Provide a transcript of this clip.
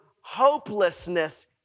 hopelessness